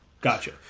Gotcha